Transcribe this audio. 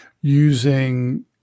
using